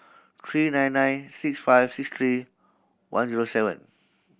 three nine nine six five six three one zero seven